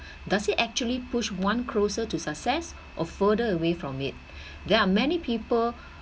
does it actually push one closer to success or further away from it there are many people